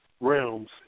realms